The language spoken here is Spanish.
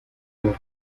los